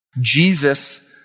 Jesus